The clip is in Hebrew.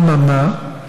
אממה,